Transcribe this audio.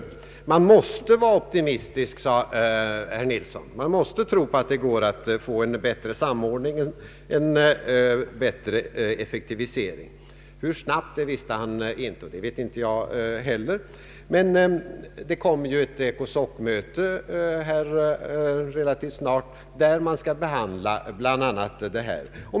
Herr Nilsson sade att man måste vara optimistisk, att man måste tro på att det går att få en bättre samordning och effektivisering. Hur snabbt visste han inte, och det vet inte jag heller, men det blir snart ett ECOSOC möte där man bl.a. skall behandla detta.